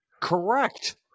correct